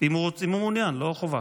אם הוא מעוניין, לא חובה.